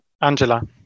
Angela